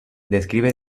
describe